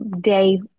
day